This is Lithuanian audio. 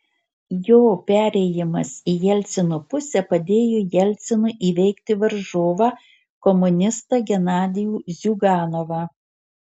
jo perėjimas į jelcino pusę padėjo jelcinui įveikti varžovą komunistą genadijų ziuganovą